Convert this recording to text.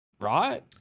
Right